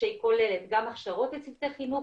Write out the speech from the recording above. שהיא כוללת גם הכשרות לצוותי חינוך,